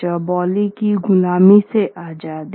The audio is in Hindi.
चौबोली की ग़ुलामी से आजादी